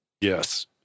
Yes